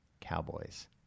Cowboys